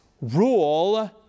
rule